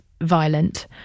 violent